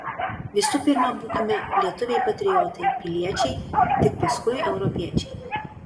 visų pirma būkime lietuviai patriotai piliečiai tik paskui europiečiai